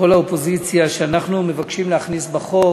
כל האופוזיציה, שאנחנו מבקשים להכניס לחוק